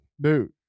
dude